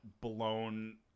blown